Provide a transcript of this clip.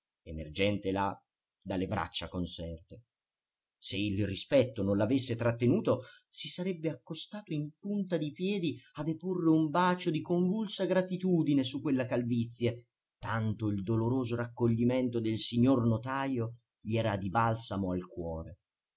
emergente là dalle braccia conserte se il rispetto non l'avesse trattenuto si sarebbe accostato in punta di piedi a deporre un bacio di convulsa gratitudine su quella calvizie tanto il doloroso raccoglimento del signor notajo gli era di balsamo al cuore